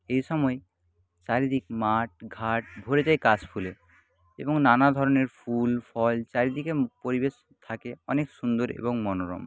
এ সময় চারিদিক মাঠঘাট ভরে যায় কাশফুলে এবং নানা ধরনের ফুল ফল চারিদিকে পরিবেশ থাকে অনেক সুন্দর এবং মনোরম